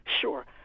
Sure